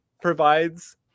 provides